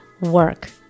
work